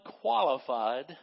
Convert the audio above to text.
qualified